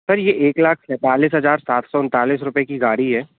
sir ये एक लाख सैंतालीस हज़ार सात सौ उनतालीस रुपये की गाड़ी है